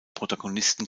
protagonisten